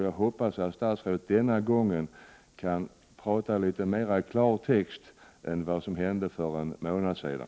Jag hoppas att statsrådet denna gång kan tala litet mer i klartext än för en månad sedan.